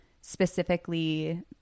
specifically